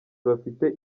bafite